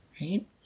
Right